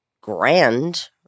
grand